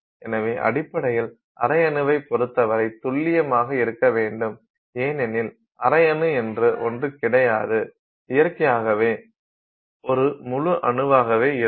எனவே அடிப்படையில் அரை அணுவைப் பொறுத்தவரை துல்லியமாக இருக்க வேண்டும் ஏனெனில் அரை அணு என்று ஒன்று கிடையாது இயற்கையாகவே ஒரு முழு அணுவாகவே இருக்கும்